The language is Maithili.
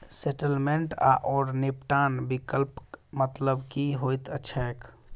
सेटलमेंट आओर निपटान विकल्पक मतलब की होइत छैक?